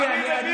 כולה שבוע בשנה.